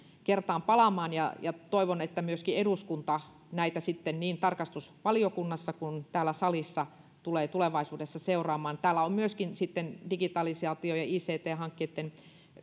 kertaan palaamaan ja ja toivon että myöskin eduskunta näitä sitten niin tarkastusvaliokunnassa kuin täällä salissa tulee tulevaisuudessa seuraamaan täällä on myöskin sitten digitalisaatio ja ict hankkeitten